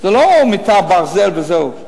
זה לא מיטת ברזל וזהו.